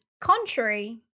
contrary